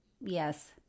Yes